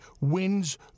wins